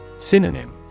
Synonym